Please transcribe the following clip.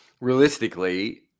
realistically